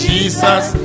Jesus